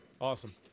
Awesome